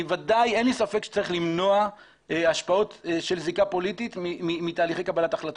אין לי ספק שצריך למנוע השפעות של זיקה פוליטית מתהליכי קבלת החלטות,